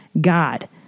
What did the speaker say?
God